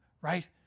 right